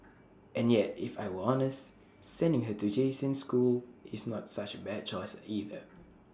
and yet if I were honest sending her to Jason's school is not such bad choice either